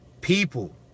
people